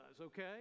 okay